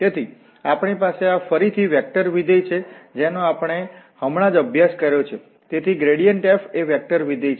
તેથી આપણી પાસે આ ફરીથી વેક્ટરવિધેય છે જેનો આપણે હમણાં જ અભ્યાસ કર્યો છે તેથી ગ્રેડિયેન્ટ f એ વેક્ટર વિધેય છે